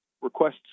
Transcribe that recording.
requests